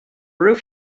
roof